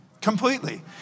completely